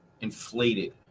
inflated